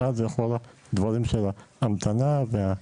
אחת זה כל הדברים של ההמתנה והבירוקרטיה,